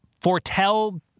foretell